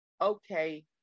okay